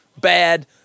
bad